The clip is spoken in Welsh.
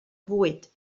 fwyd